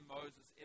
Moses